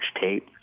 tape